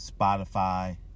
spotify